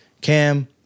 Cam